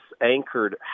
anchored